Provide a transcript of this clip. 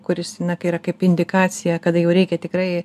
kuris yra kaip indikacija kada jau reikia tikrai